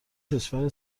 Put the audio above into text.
کشور